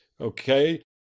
Okay